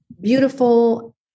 beautiful